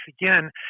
again